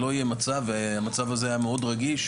שלא יהיה מצב והמצב הזה היה מאוד רגיש,